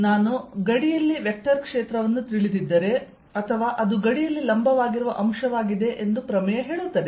ನಾನು ಗಡಿಯಲ್ಲಿ ವೆಕ್ಟರ್ ಕ್ಷೇತ್ರವನ್ನು ತಿಳಿದಿದ್ದರೆ ಅಥವಾ ಅದು ಗಡಿಯಲ್ಲಿ ಲಂಬವಾಗಿರುವ ಅಂಶವಾಗಿದೆ ಎಂದು ಪ್ರಮೇಯ ಹೇಳುತ್ತದೆ